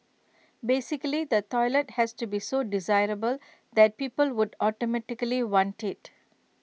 basically the toilet has to be so desirable that people would automatically want IT